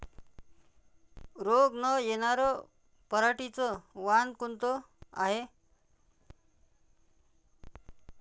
रोग न येनार पराटीचं वान कोनतं हाये?